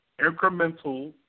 incremental